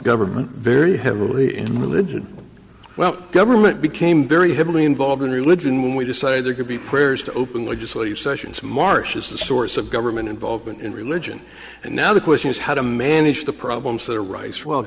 government very heavily in religion well government became very heavily involved in religion when we decided there could be prayers to open legislative sessions marsh's the source of government involvement in religion and now the question is how to manage the problems that are rice well